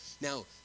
Now